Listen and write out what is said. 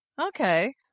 Okay